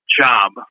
job